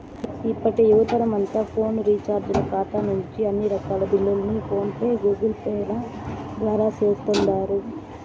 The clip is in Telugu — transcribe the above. ఇప్పటి యువతరమంతా ఫోను రీచార్జీల కాతా నుంచి అన్ని రకాల బిల్లుల్ని ఫోన్ పే, గూగుల్పేల ద్వారా సేస్తుండారు